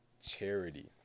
charity